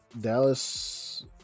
Dallas